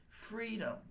freedom